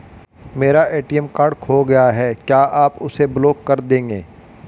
मेरा ATM card खो गया है क्या आप उसे ब्लॉक कर देंगे?